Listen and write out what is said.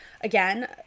again